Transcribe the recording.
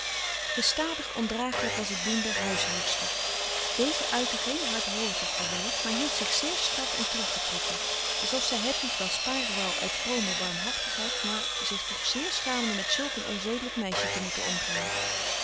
gestadig ondragelijk was het doen der huishoudster deze uitte geen hard woord of verwijt maar hield zich zeer strak en teruggetrokken alsof zij hedwig wel sparen wou uit vrome barmhartigheid maar zich toch zeer schaamde met zulk een onzedelijk meisje te moeten omgaan